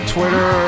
Twitter